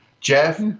Jeff